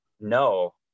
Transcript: No